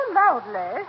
loudly